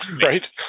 Right